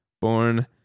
born